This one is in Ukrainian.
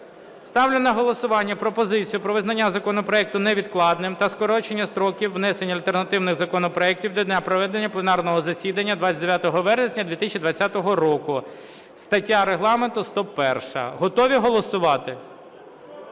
Ставлю на голосування пропозицію про визнання законопроекту невідкладним та скорочення строків внесення альтернативних законопроектів до дня проведення пленарного засідання 29 вересня 2020 року (стаття Регламенту 101-а). Готові голосувати? Прошу